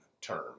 term